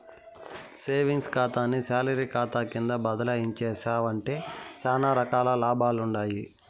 savings కాతాని salary కాతా కింద బదలాయించేశావంటే సానా రకాల లాభాలుండాయి